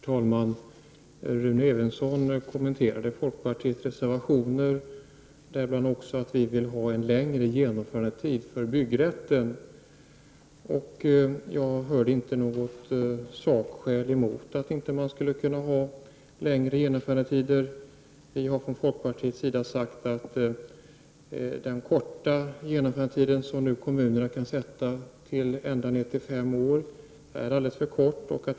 Herr talman! Rune Evensson kommenterade folkpartiets reservationer, bl.a. att vi vill ha en längre genomförandetid när det gäller byggrätten. Jag hörde inte något sakskäl mot att man inte skulle kunna ha längre genomförandetider. Vi har från folkpartiet sagt att den korta genomförandetiden som kommunerna nu kan sätta, ända ned till fem år, är alldeles för kort.